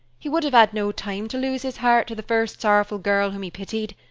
he would have had no time to lose his heart to the first sorrowful girl whom he pitied.